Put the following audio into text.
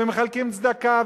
ומחלקים צדקה,